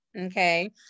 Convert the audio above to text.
Okay